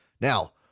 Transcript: Now